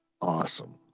awesome